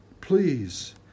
Please